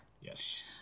yes